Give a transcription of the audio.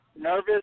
nervous